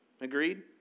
Agreed